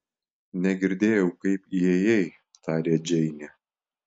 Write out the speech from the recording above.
negirdėjau kaip įėjai tarė džeinė